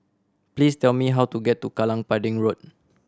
please tell me how to get to Kallang Pudding Road